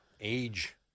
age